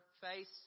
face